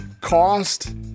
cost